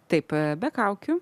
taip be kaukių